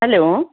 hello